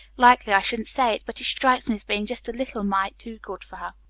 likely i shouldn't say it, but he strikes me as being just a leetle mite too good for her.